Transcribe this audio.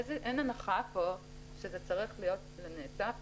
אין הנחה פה שזה צריך להיות לנצח,